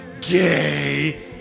gay